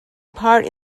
part